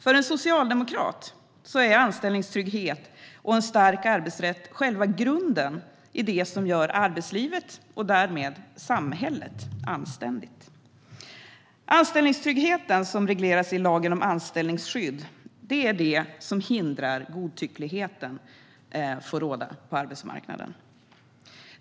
För en socialdemokrat är anställningstrygghet och en stark arbetsrätt själva grunden i det som gör arbetslivet, och därmed samhället, anständigt. Anställningstryggheten, som regleras i lagen om anställningsskydd, är det som hindrar att godtyckligheten får råda på arbetsmarknaden.